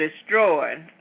destroyed